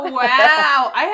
wow